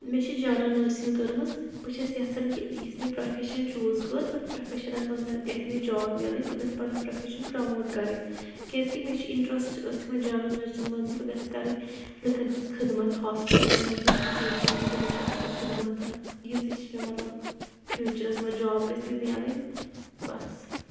مےٚ چھِ general nursing کٔرمٕژ بہٕ چھس یَژھان کہِ یُس یہِ پرٛوفیشن چوٗز کوٚر أتھۍ پروفیشنس منز گَژھِ مےٚ جاب مِلٕنۍ بہٕ گٔسٕس پنُن پرٛوفیشن پروموٹ کَرٕنۍ کیازِکہِ مےٚ چھ انٹرسٹ أتھۍ منز جنرل نرسنگ منٛزے بہٕ گٔسس کَرٕنۍ لُکن ہنٛز خدمت ہوسپٹلن منٛز یِم تہِ پیشنٹ چھِ تِمَن کرٕہا بہٕ مدَدتا یِژٕے چھِ مےٚ مطلب فیوچَرس منز جاب گژھِ مےٚ مِلٕنۍ بَس